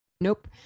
nope